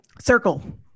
Circle